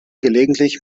gelegentlich